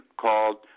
called